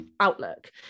outlook